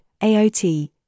AOT